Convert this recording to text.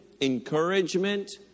encouragement